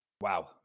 Wow